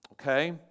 Okay